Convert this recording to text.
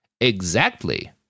Exactly